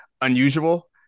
unusual